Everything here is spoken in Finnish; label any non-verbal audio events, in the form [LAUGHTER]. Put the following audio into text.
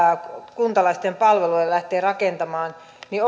kuntalaisten palvelua lähtee rakentamaan niin [UNINTELLIGIBLE]